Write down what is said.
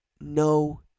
no